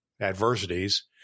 adversities